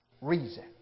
reason